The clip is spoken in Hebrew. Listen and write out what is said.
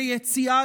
ליציאה